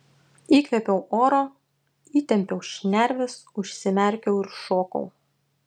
įkvėpiau oro įtempiau šnerves užsimerkiau ir šokau